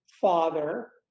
father